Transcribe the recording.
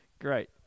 Great